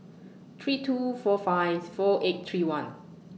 three two four five four eight three one